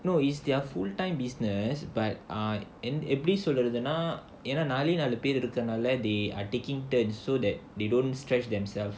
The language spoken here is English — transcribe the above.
no is there fulltime business but எப்படி சொல்றதுன்னா ஏனா நிறைய பெரு இருக்குறதால:eppadi solrathuna ena niraiya peru irukkurathaala they are taking turn so that they don't stretch themselves